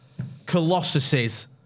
colossuses